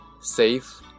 safe